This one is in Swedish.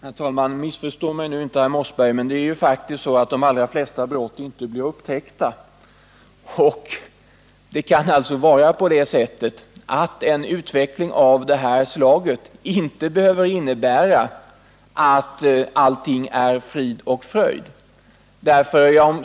Herr talman! Missförstå mig inte nu, herr Mossberg, men det är faktiskt så att de allra flesta ”brott” inte blir upptäckta. En utveckling av detta slag behöver alltså inte innebära att allting är frid och fröjd.